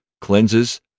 cleanses